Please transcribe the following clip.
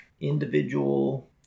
individual